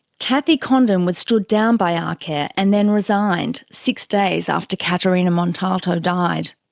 cathy condon was stood down by arcare and then resigned, six days after caterina montalto died.